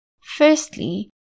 Firstly